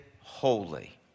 holy